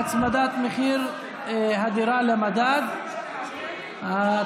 הצמדת מחיר הדירה למדד) רגע,